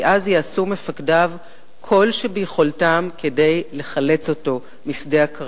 כי אז יעשו מפקדיו כל שביכולתם כדי לחלץ אותו משם.